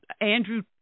Andrew